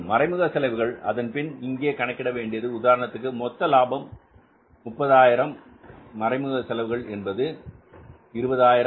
மறைமுக செலவுகள் அதன்பின் இங்கே கணக்கிட வேண்டியது உதாரணத்திற்கு இந்த மொத்த லாபம் என்கிற 30000 மறைமுக செலவுகள் என்பது 20000